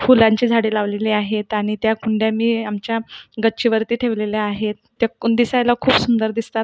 फुलांची झाडे लावलेली आहेत आणि त्या कुंड्या मी आमच्या गच्चीवरती ठेवलेल्या आहेत त्या दिसायला खूप सुंदर दिसतात